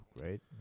right